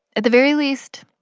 at the very least,